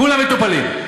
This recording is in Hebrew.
כולם מטופלים.